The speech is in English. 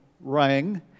rang